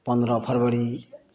पन्द्रह फरबरी